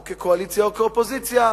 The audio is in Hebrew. או כקואליציה או כאופוזיציה,